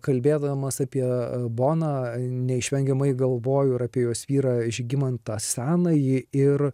kalbėdamas apie boną neišvengiamai galvoju ir apie jos vyrą žygimantą senąjį ir